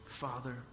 Father